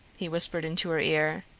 he whispered into her ear.